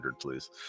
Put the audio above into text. please